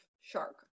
shark